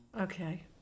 Okay